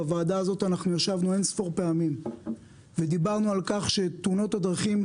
בוועדה הזאת ישבנו אינספור פעמים ודיברנו על כך שתאונות הדרכים,